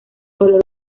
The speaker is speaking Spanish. color